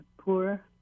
poor